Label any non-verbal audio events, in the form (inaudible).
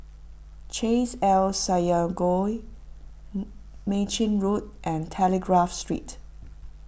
Chesed El Synagogue (hesitation) Mei Chin Road and Telegraph Street